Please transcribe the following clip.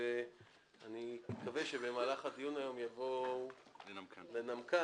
אני מקווה שבמהלך הדיון היום יבואו לנמקן,